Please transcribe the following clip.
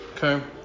Okay